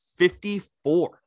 54